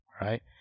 right